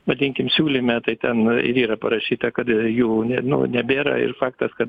vadinkim siūlyme tai ten ir yra parašyta kad jų ne nu nebėra ir faktas kad